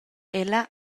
ella